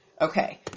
okay